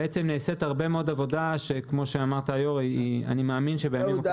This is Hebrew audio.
נעשית הרבה מאוד עבודה שכמו שאמרת היו"ר אני מאמין שבימים -- אהוד,